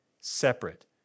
separate